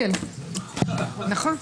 השאלה אם רוצים להכריז על העם כולו כארגון טרור.